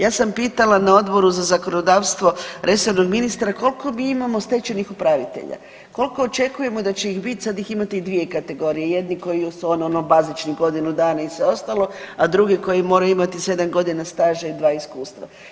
Ja sam pitala na Odboru za zakonodavstvo resornog ministra koliko mi imamo stečajnih upravitelja, koliko očekujemo da će ih biti, sad ih imate i dvije kategorije jedni koji su ono bazično godinu dana i sve ostalo, a drugi koji moraju imati 7 godina staža i 2 iskustva.